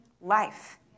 life